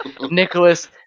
nicholas